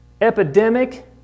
epidemic